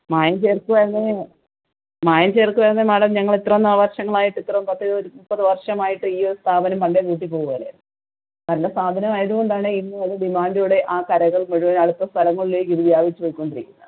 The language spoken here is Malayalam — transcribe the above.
മായം ചേർക്കുകയായിരുന്നെങ്കിൽ മായം ചേർക്കുകയയിരുന്നെ മേടം ഞങ്ങൾ ഇത്രയും നാൾ വർഷങ്ങളായിട്ട് ഇത്രയും പത്ത് ഇരുപത് മുപ്പത് വർഷമായിട്ട് ഈ ഒരു സ്ഥാപനം പണ്ടേ പൂട്ടിപ്പോകുകയില്ലെ നല്ല സ്ഥാപനം ആയതുകൊണ്ടാണ് ഇന്നും അത് ഡിമാൻ്റോടെ ആ കടകൾ മുഴുവൻ ആൾക്കും സ്ഥലങ്ങളിലേക്ക് ഇത് വ്യാപിച്ചു പോയിക്കൊണ്ടിരിക്കുന്നത്